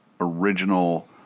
original